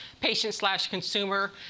patient-slash-consumer